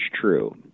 true